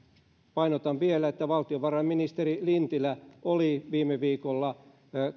painotan vielä että valtiovarainministeri lintilä oli viime viikolla